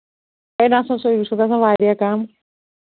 ہے نہ سا سُے یہِ چھُ گژھان واریاہ کَم